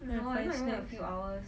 go and find snacks